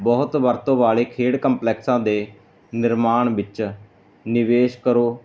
ਬਹੁਤ ਵਰਤੋ ਵਾਲੇ ਖੇਡ ਕੰਪਲੈਕਸਾਂ ਦੇ ਨਿਰਮਾਣ ਵਿੱਚ ਨਿਵੇਸ਼ ਕਰੋ